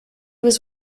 was